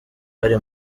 bari